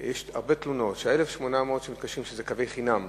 יש הרבה תלונות שקווי 1-800, שהם קווי חינם,